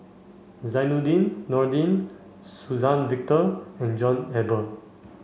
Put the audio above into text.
Zainudin Nordin Suzann Victor and John Eber